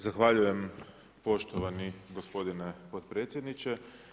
Zahvaljujem poštovani gospodine potpredsjedniče.